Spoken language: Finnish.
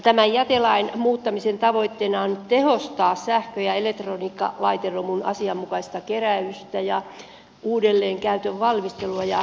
tämän jätelain muuttamisen tavoitteena on tehostaa sähkö ja elektroniikkalaiteromun asianmukaista keräystä ja uudelleenkäytön valmistelua ja kierrätystä